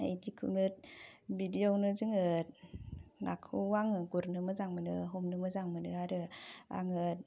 बिदिखौनो बिदियावनो जोङो नाखौ आङो गुरनो मोजां मोनो हमनो मोजां मोनो आरो आङो